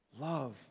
Love